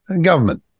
government